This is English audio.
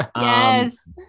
yes